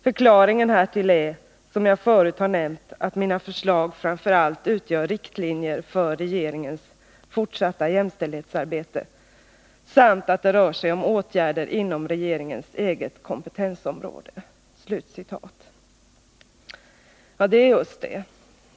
Förklaringen härtill är, som jag förut har nämnt, att mina förslag framför allt utgör riktlinjer för regeringens fortsatta jämställdhetsarbete samt att det rör sig om åtgärder inom regeringens kompetensområde.” Ja, det är just det.